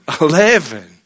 Eleven